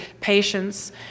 patience